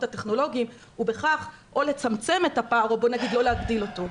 הטכנולוגיים ובכך או לצמצם את הפער או לפחות לא להגדיל אותו.